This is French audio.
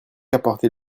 apporter